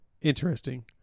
interesting